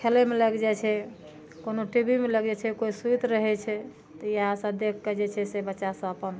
खेलैमे लागि जाइ छै कोनो टी भी मे लागि जाइ छै कोइ सुति रहै छै इएह सब देख कऽ जे छै से बच्चा सब अपन